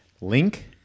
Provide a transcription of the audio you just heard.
Link